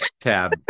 tab